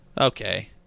Okay